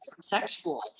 sexual